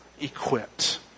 equipped